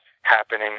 happening